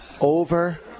over